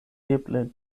eble